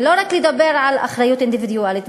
ולא רק לדבר על אחריות אינדיבידואלית.